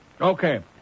Okay